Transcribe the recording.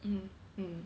mm mm